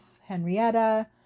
Henrietta